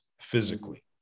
physically